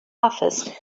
office